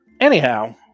Anyhow